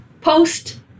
post